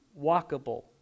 walkable